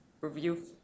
review